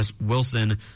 Wilson